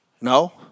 No